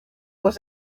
was